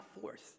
force